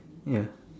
ya